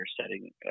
setting